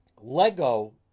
Lego